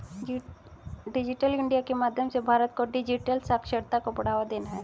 digital India के माध्यम से भारत को डिजिटल साक्षरता को बढ़ावा देना है